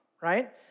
right